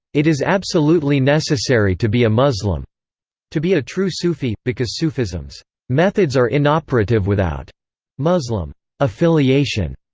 it is absolutely necessary to be a muslim to be a true sufi, because sufism's methods are inoperative without muslim affiliation.